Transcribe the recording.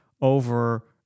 over